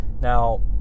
Now